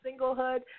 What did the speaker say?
singlehood